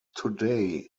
today